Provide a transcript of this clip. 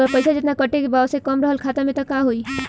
अगर पैसा जेतना कटे के बा ओसे कम रहल खाता मे त का होई?